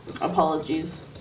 Apologies